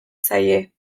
zaie